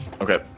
Okay